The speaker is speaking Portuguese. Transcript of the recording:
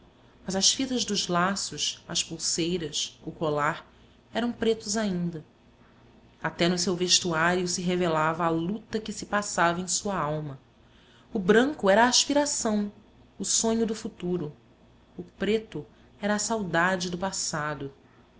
mas as fitas dos laços as pulseiras o colar eram pretos ainda até no seu vestuário se revelava a luta que se passava em sua alma o branco era a aspiração o sonho do futuro o preto era a saudade do passado